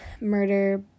murder